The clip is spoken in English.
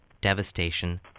Devastation